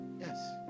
yes